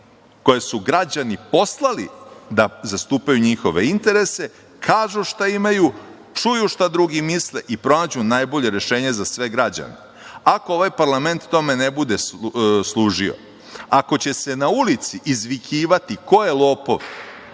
koje su građani poslali da zastupaju njihove interese, kažu šta imaju, čuju šta drugi misle i pronađu najbolje rešenje za sve građane. Ako ovaj parlament tome ne bude služio, ako će se na ulici izvikivati ko je lopov,